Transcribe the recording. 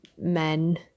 men